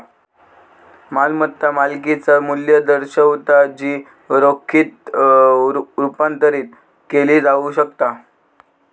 मालमत्ता मालकिचा मू्ल्य दर्शवता जी रोखीत रुपांतरित केली जाऊ शकता